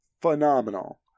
phenomenal